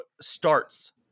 starts